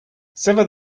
sever